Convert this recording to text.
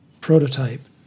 prototype